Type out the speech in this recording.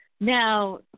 Now